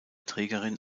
trägerin